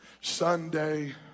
Sunday